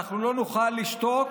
אנחנו לא נוכל לשתוק